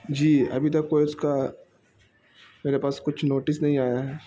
جی ابھی تک کوئی اس کا میرے پاس کچھ نوٹس نہیں آیا ہے